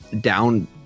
down